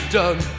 done